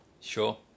sure